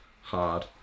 hard